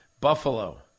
Buffalo